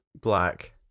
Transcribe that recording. black